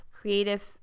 creative